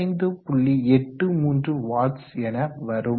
83 watts என வரும்